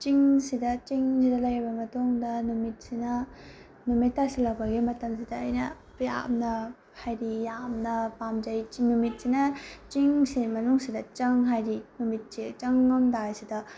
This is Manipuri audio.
ꯆꯤꯡꯁꯤꯗ ꯆꯤꯡꯁꯤꯗ ꯂꯩꯔꯕ ꯃꯇꯨꯡꯗ ꯅꯨꯃꯤꯠꯁꯤꯅ ꯅꯨꯃꯤꯠ ꯇꯥꯁꯜꯂꯛꯄꯒꯤ ꯃꯇꯝꯁꯤꯗ ꯑꯩꯅ ꯌꯥꯝꯅ ꯍꯥꯏꯗꯤ ꯌꯥꯝꯅ ꯄꯥꯝꯖꯩ ꯆꯤꯡ ꯅꯨꯃꯤꯠꯁꯤꯅ ꯆꯤꯡꯁꯤꯒꯤ ꯃꯅꯨꯡꯁꯤꯗ ꯆꯪ ꯍꯥꯏꯗꯤ ꯅꯨꯃꯤꯠꯁꯦ ꯆꯪꯉꯝꯗꯥꯏꯁꯤꯗ